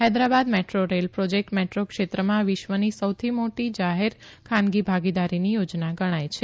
Hyderabad metro rail project metro ક્ષેત્રમાં વિશ્વનો સૌથી મોટો જાહેર ખાનગી ભાગીદારીની થો ના ગણાય છે